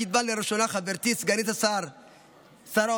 שקידמה לראשונה חברתי סגנית שר האוצר